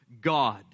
God